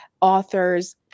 authors